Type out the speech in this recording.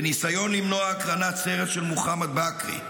בניסיון למנוע הקרנת סרט של מוחמד בכרי,